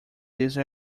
these